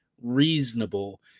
reasonable